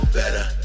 better